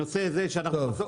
נושא זה שאנחנו --- טוב.